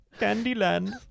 Candyland